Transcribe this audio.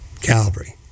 Calvary